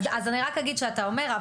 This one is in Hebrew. אז אני רק אגיד שאתה אומר,